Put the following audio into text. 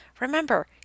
Remember